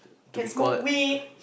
can smoke weed